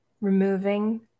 removing